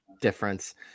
difference